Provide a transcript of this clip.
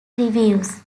reviews